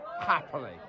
happily